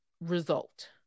result